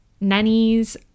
nannies